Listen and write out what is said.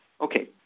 Okay